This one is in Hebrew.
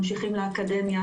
ממשיכים לאקדמיה.